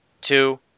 two